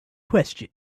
question